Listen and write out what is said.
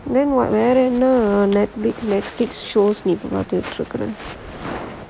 when were வேற என்ன:vera enna Netflix make it so நீ இப்ப பாத்துட்டு இருக்குற:nee ippa paathuttu irukkura